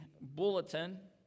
bulletin